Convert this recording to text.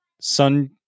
Sun